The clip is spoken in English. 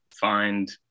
find